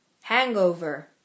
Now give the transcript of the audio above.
hangover